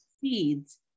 seeds